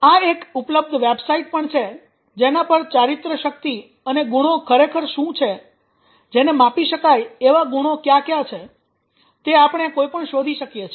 આ એક ઉપલબ્ધ વેબસાઇટ પણ છે જેના પર ચારિત્ર્ય શક્તિ અને ગુણો ખરેખર શું છે જેને માપી શકાય એવા ગુણો કયા ક્યા છે તે આપણે કોઈપણ શોધી શકીએ છીએ